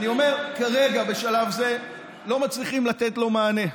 אני אומר שכרגע בשלב זה לא מצליחים לתת לו מענה.